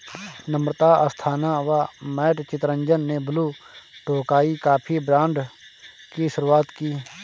नम्रता अस्थाना व मैट चितरंजन ने Blue Tokai coffee brand की शुरुआत की